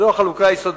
זו החלוקה היסודית.